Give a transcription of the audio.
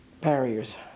barriers